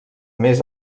més